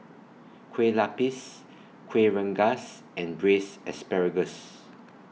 Kueh Lapis Kueh Rengas and Braised Asparagus